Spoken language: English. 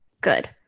good